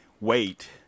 wait